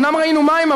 אומנם ראינו מים,